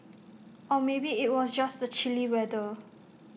or maybe IT was just the chilly weather